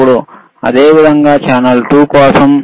ఇప్పుడు అదేవిధంగా ఛానల్ 2 కోసం